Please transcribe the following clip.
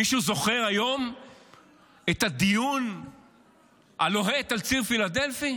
מישהו זוכר היום את הדיון הלוהט על ציר פילדלפי?